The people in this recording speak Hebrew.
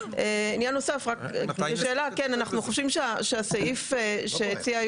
אנחנו חושבים שהסעיף שהציעה